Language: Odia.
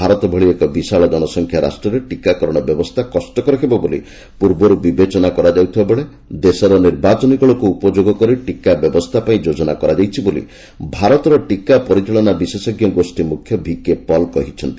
ଭାରତ ଭଳି ଏକ ବିଶାଳ ଜନସଂଖ୍ୟା ରାଷ୍ଟରେ ଟିକାକରଣ ବ୍ୟବସ୍ଥା କଷ୍ଟକର ହେବ ବୋଲି ପୂର୍ବରୁ ବିବେଚନା କରାଯାଉଥିବା ବେଳେ ଦେଶର ନିର୍ବାଚନୀକଳକୁ ଉପଯୋଗ କରି ଟିକା ବ୍ୟବସ୍ଥା ପାଇଁ ଯୋଜନା କରାଯାଇଛି ବୋଲି ଭାରତର ଟିକା ପରିଚାଳନା ବିଶେଷଜ୍ଞ ଗୋଷ୍ଠୀ ମୁଖ୍ୟ ଭିକେ ପଲ୍ କହିଛନ୍ତି